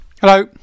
Hello